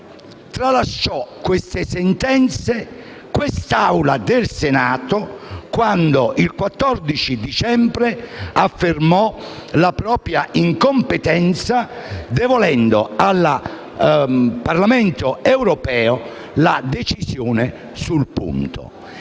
tralasciò quest'Assemblea del Senato quando il 14 dicembre 2014 affermò la propria incompetenza devolvendo al Parlamento europeo la decisione sul punto.